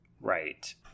Right